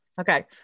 Okay